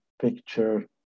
picture